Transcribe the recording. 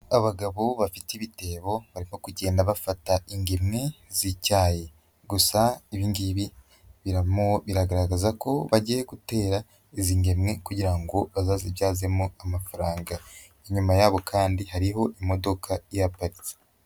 Abagabo bafite ibitebo, barimo kugenda bafata ingimi z'icyayayi, gusa ibi ngibi birimo biragaragaza ko bagiye gutera izi ngemwe kugira ngo bazazibyazemo amafaranga. Inyuma yabo kandi hariho imodoka ihaparitse.